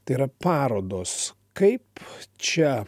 tai yra parodos kaip čia